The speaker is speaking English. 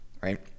right